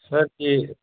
سر یہ